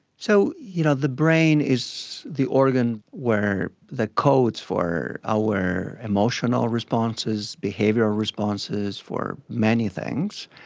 so you know the brain is the organ where the codes for our emotional responses, behavioural responses, for many things,